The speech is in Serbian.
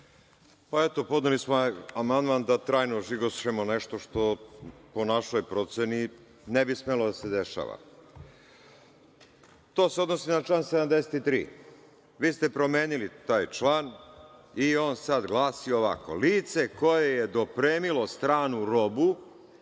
Krasić** Podneli smo amandman da trajno žigošemo nešto što po našoj proceni ne bi smelo da se dešava. To se odnosi na član 73.Vi ste promenili taj član i on sada glasi ovako: „Lice koje je dopremilo stranu robu